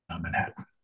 Manhattan